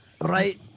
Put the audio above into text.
Right